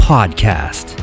Podcast